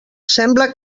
sembla